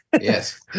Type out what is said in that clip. Yes